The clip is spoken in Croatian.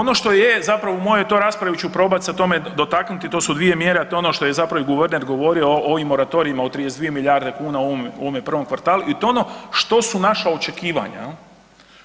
Ono što je zapravo u mojoj toj raspravi ću probat se tome dotaknuti, to su dvije mjere, a to je ono što je zapravo i guverner govorio o ovim moratorijima o 32 milijarde kuna u ovome, u ovome prvom kvartalu i to je ono što su naša očekivanja, jel.